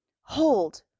Hold